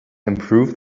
improve